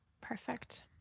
Perfect